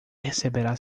receberá